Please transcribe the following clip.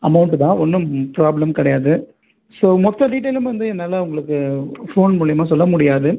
amount தான் ஒன்றும் problem கிடையாது ஸோ மொத்த டீட்டெய்லும் வந்து என்னால் உங்களுக்கு ஃபோன் மூலியமாக சொல்ல முடியாது